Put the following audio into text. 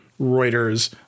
Reuters